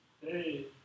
Hey